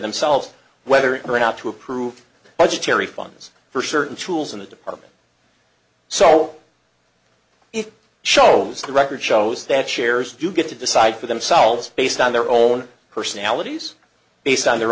themselves whether or not to approve budgetary funds for certain tools in the department so it shows the record shows that shares do get to decide for themselves based on their own personalities based on their